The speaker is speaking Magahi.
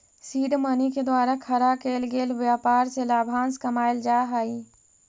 सीड मनी के द्वारा खड़ा केल गेल व्यापार से लाभांश कमाएल जा हई